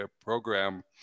program